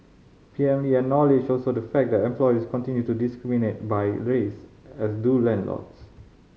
P M Lee acknowledged also the fact that employers continue to discriminate by race as do landlords